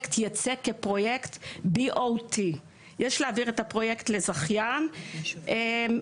שהפרויקט ייצא כפרויקט BOT. יש להעביר את הפרויקט לזכיין שיתחזק,